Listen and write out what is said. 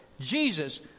Jesus